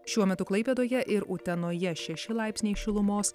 šiuo metu klaipėdoje ir utenoje šeši laipsniai šilumos